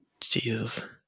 Jesus